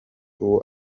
uwo